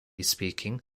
speaking